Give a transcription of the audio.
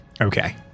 okay